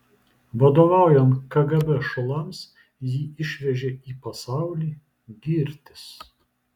vadovaujant kgb šulams jį išvežė į pasaulį girtis